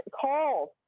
calls